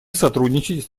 сотрудничать